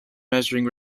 measuring